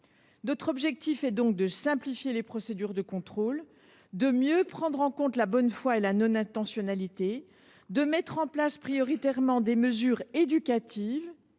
Notre objectif est donc de simplifier les procédures de contrôle, de mieux prendre en compte la bonne foi et la non intentionnalité, de donner la priorité aux mesures éducatives